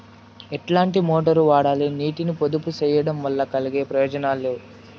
ఎట్లాంటి మోటారు వాడాలి, నీటిని పొదుపు సేయడం వల్ల కలిగే ప్రయోజనాలు?